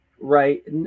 right